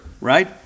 right